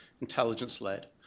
intelligence-led